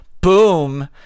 Boom